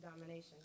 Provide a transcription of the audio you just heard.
domination